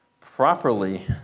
properly